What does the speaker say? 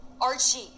Archie